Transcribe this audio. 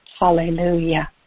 Hallelujah